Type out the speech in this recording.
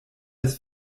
des